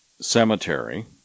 cemetery